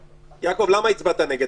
יעקב, למה הצבעת נגד?